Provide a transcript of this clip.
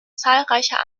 zahlreicher